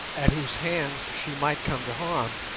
at whose hands she might come to harm.